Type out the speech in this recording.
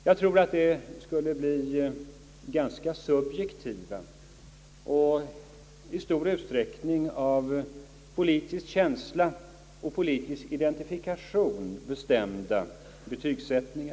Jag tror det skulle bli en ganska subjektiv och i stor utsträckning av politisk känsla och politisk identifikation bestämd betygsättning.